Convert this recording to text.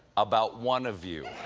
about one of you.